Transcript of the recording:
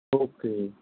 okay